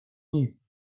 نیست